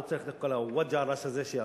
לא צריך את כל ה"וואג'ראס" הזה שיעשו.